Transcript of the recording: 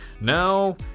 Now